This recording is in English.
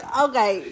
okay